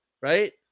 right